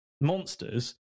monsters